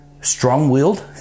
strong-willed